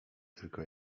tylko